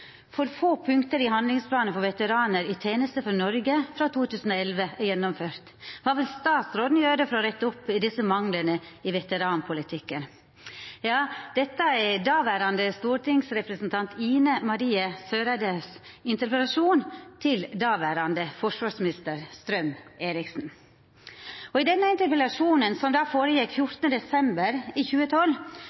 For få punkter i handlingsplan for veteraner «I tjeneste for Norge» fra 2011, er gjennomført. Hva vil statsråden gjøre for å rette opp disse manglene i veteranpolitikken?» Dette er dåverande stortingsrepresentant Ine Marie Eriksen Søreide sin interpellasjon til dåverande forsvarsminister Strøm-Erichsen. I denne